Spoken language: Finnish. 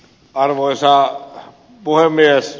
arvoisa puhemies